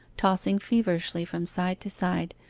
tossing feverishly from side to side,